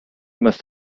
must